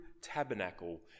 tabernacle